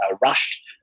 rushed